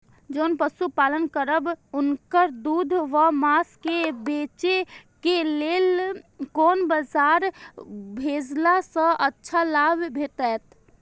जोन पशु पालन करब उनकर दूध व माँस के बेचे के लेल कोन बाजार भेजला सँ अच्छा लाभ भेटैत?